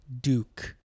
Duke